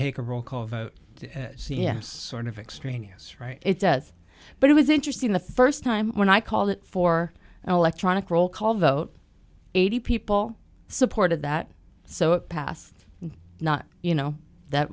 take a roll call vote c s sort of extraneous right it does but it was interesting the st time when i called it for electronic roll call vote eighty people supported that so it passed not you know that